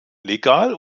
legal